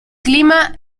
clima